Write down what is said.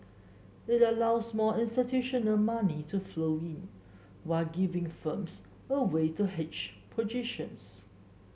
it allows more institutional money to flow in while giving firms a way to hedge